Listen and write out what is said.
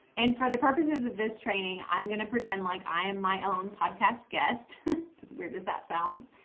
and for the purposes of this training, i'm going to pretend like i am my own podcast guest as weird as that sounds.